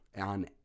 On